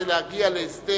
זה להגיע להסדר